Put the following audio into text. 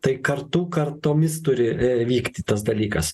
tai kartų kartomis turi vykti tas dalykas